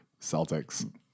Celtics